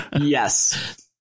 Yes